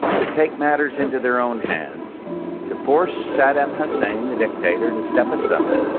to take matters into their own hands to force saddam hussein the dictator to step aside